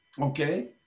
Okay